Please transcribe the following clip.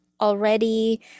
already